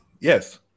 Yes